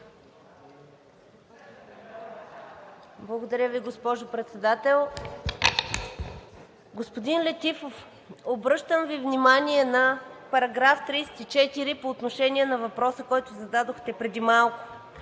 Благодаря Ви, госпожо Председател. Господин Летифов, обръщам Ви внимание на § 34 по отношение на въпроса, който зададохте преди малко.